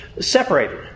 separated